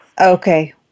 Okay